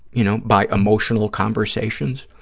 you know, by emotional conversations.